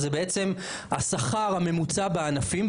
זה בעצם השכר הממוצע בענפים,